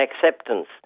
acceptance